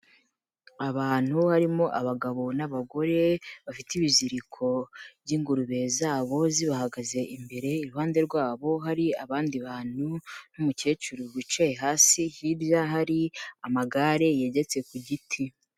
Abantu harimo abagabo n'abagore bafite ibiziriko by'ingurube zabo zibahagaze imbere, iruhande rwabo hari abandi bantu n'umukecuru wicaye hasi, hirya hari amagare yegetse ku giti.